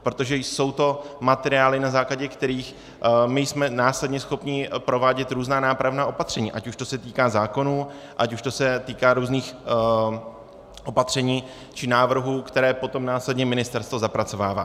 Protože to jsou materiály, na základě kterých jsme následně schopni provádět různá nápravná opatření, ať už se to týká zákonů, ať se to týká různých opatření či návrhů, které potom následně ministerstvo zapracovává.